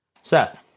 Seth